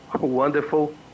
wonderful